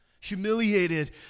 humiliated